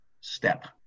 step